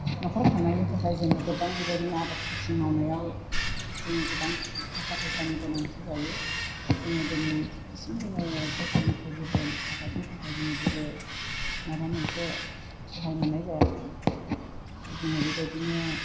न'खर खांनायनि थाखाय जोङो गोबां बिबायदिनो आबाद खिथि मावनायाव जोङो गोबां थाखा फैसानि गोनांथि जायो जोङो दिनैसिम जोङो सरखारनिफ्राय जेबो आबादनि थाखाय जोङो जेबो माबा मोनसे सहाय मोननाय जायाखै जोङो बेबायदिनो